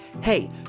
hey